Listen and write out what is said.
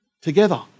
together